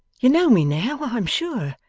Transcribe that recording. you know me now, i am sure?